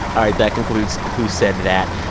all right. that concludes who said that.